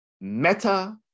meta